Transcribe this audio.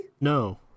No